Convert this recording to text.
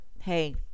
hey